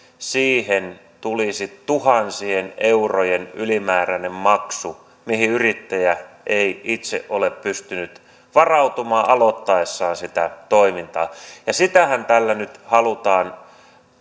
siihen tulisi tuhansien eurojen ylimääräinen maksu mihin yrittäjä ei itse ole pystynyt varautumaan aloittaessaan sitä toimintaa sitähän tällä nyt halutaan